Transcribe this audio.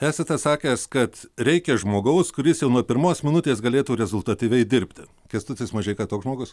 esate sakęs kad reikia žmogaus kuris jau nuo pirmos minutės galėtų rezultatyviai dirbti kęstutis mažeika toks žmogus